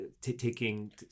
taking